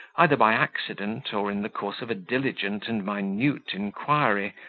either by accident or in the course of a diligent and minute inquiry,